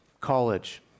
college